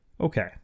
okay